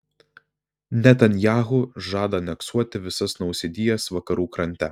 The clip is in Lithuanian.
netanyahu žada aneksuoti visas nausėdijas vakarų krante